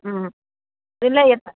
ம் ம் என்ன எண்ணெ